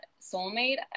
soulmate